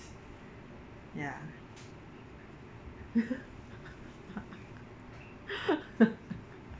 ya